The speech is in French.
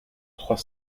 trois